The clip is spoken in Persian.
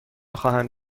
خواهد